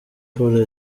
paul